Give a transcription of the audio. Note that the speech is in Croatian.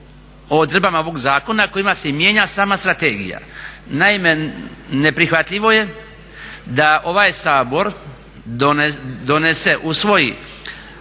odredbama ovoga zakona kojima se mijenja sama strategija. Naime, neprihvatljivo je da ovaj Sabor donese, usvoji